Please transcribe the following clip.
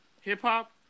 Hip-hop